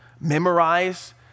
memorize